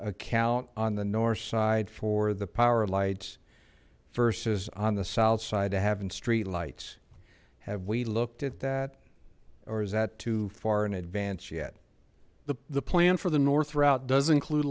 ccount on the north side for the power lights versus on the south side to having streetlights have we looked at that or is that too far in advance yet the the plan for the north route does include